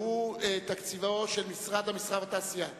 תקציבו של משרד התעשייה והמסחר.